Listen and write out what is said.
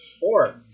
Four